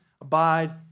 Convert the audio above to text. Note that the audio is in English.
abide